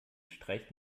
streicht